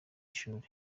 shuri